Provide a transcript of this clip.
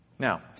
Now